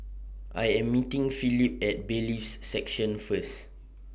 I Am meeting Philip At Bailiffs' Section First